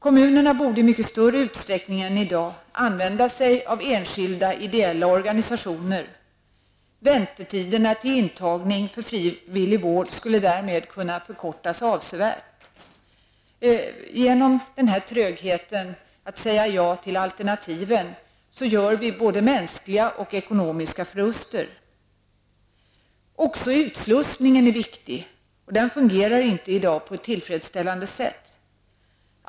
Kommunerna borde i mycket större utsträckning än i dag använda sig av enskilda idéella organisationer. Väntetiderna till intagning på frivillig vård skulle därigenom kunna förkortas avsevärt. Genom denna tröghet att säga ja till alternativen gör vi både mänskliga och ekonomiska förluster. Också utslussningen är viktig, och den fungerar i dag inte på ett tillfredsställande sätt.